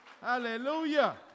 Hallelujah